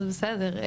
בסדר.